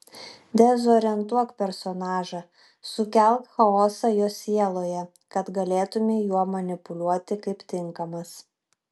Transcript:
dezorientuok personažą sukelk chaosą jo sieloje kad galėtumei juo manipuliuoti kaip tinkamas